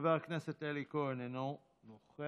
חבר הכנסת אלי כהן אינו נוכח.